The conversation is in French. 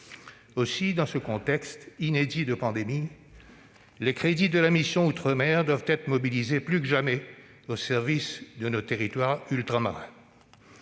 Aussi, dans ce contexte inédit de pandémie, les crédits de la mission « Outre-mer » doivent être, plus que jamais, mobilisés au service de nos territoires ultramarins.